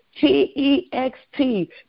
T-E-X-T